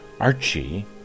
Archie